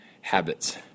Habits